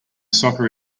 soccer